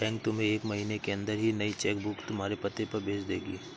bank तुम्हें एक महीने के अंदर ही नई चेक बुक तुम्हारे पते पर भेज देगी